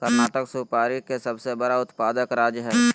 कर्नाटक सुपारी के सबसे बड़ा उत्पादक राज्य हय